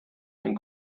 ein